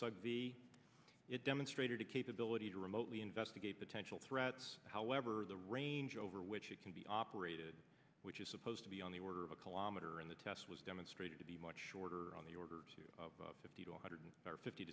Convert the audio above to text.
the it demonstrated a capability to remotely investigate potential threats however the range over which it can be operated which is supposed to be on the order of a kilometer in the test was demonstrated to be much shorter on the order of fifty to one hundred fifty